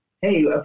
hey